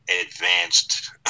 advanced